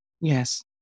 Yes